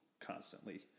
constantly